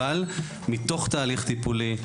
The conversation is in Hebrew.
אבל מתוך תהליך טיפולי,